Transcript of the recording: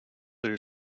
there